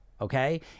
Okay